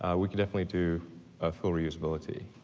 we could definitely do a full re-usability,